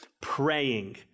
praying